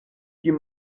you